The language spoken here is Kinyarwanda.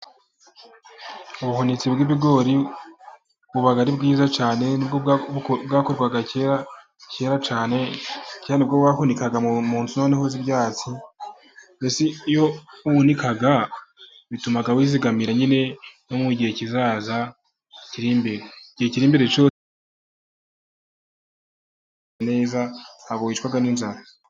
Ubuhunitse bw'ibigori buba ari bwiza cyane, aho bwakorwaga kera kera cyane, wahunikaga mu nzu nto z'ibyatsi iyo wunikaga byatumaga wizigamira nyine no mu gihe kizaza kiri imbere cyose ukazabaho neza ntabwo wicwaga n'inzara.